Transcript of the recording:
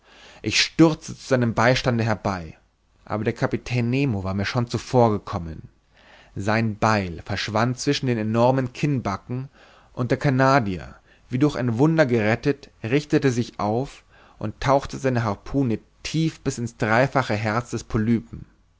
ich stürzte zu seinem beistande herbei aber der kapitän nemo war mir schon zuvor gekommen sein beil verschwand zwischen den enormen kinnbacken und der canadier wie durch ein wunder gerettet richtete sich auf und tauchte seine harpune tief bis in's dreifache herz des polypen